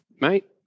mate